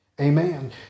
Amen